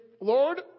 Lord